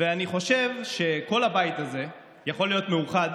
ואני חושב שכל הבית הזה יכול להיות מאוחד